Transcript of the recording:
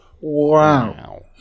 Wow